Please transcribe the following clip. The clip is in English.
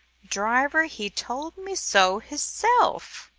driver he told me so hisself.